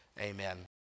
amen